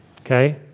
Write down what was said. okay